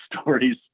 stories